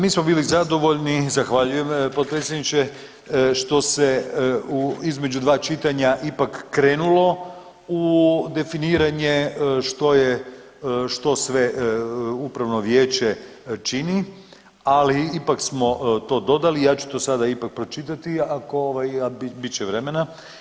Mi smo bili zadovoljni, zahvaljujem potpredsjedniče, što se između dva čitanja ipak krenulo u definiranje što sve upravno vijeće čini, ali ipak smo to dodali i ja ću to sada ipak pročitati, a bit će vremena.